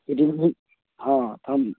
ई हँ हम